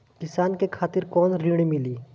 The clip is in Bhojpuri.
किसान के खातिर कौन ऋण मिली?